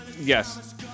Yes